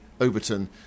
Overton